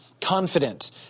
confident